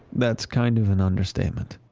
that's kind of an understatement